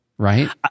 Right